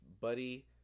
buddy